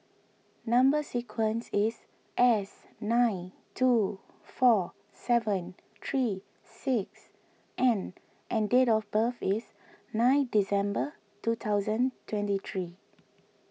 Number Sequence is S nine two four seven three six N and date of birth is nine December two thousand twenty three